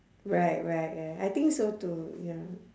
right right ya I think so too ya